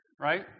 right